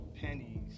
pennies